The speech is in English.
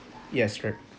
yes correct